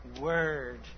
Word